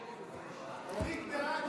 אורית בעד.